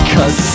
Cause